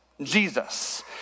Jesus